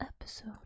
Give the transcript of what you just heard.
episode